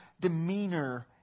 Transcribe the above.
demeanor